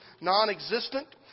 non-existent